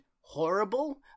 horrible